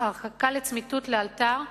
הרחקה לצמיתות לאלתר,